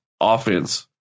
offense